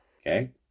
Okay